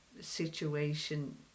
situation